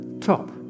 top